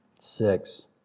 Six